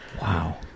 Wow